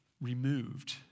removed